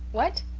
what?